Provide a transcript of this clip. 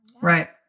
Right